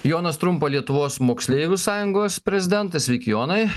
jonas trumpa lietuvos moksleivių sąjungos prezidentas sveiki jonai